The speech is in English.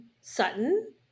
Sutton